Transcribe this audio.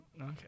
Okay